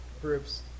groups